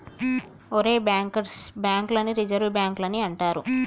ఒరేయ్ bankers bank లని reserve బాంకులని అంటారు